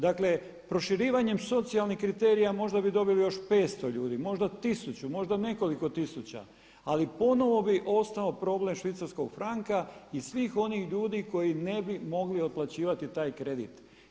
Dakle proširivanjem socijalnih kriterija možda bi dobili još 500 ljudi, možda 1000, možda nekoliko tisuća ali ponovno bi ostao problem švicarskog franka i svih onih ljudi koji ne bi mogli otplaćivati taj kredit.